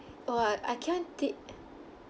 oh ah I can't take